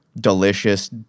Delicious